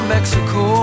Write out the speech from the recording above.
Mexico